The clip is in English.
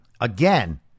Again